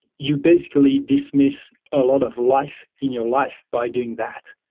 you basically dismiss a lot of life in your life by doing that.